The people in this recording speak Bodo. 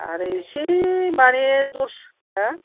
आरो इसे मानि दस हो